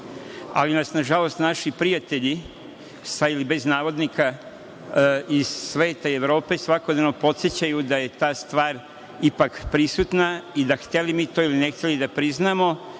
ali nas, nažalost, naši prijatelji, sa ili bez navodnika, iz sveta i Evrope svakodnevno podsećaju da je ta stvar ipak prisutna i da hteli mi to ili ne hteli da priznamo,